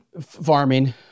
farming